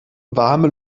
warme